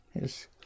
Yes